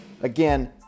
again